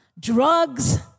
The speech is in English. drugs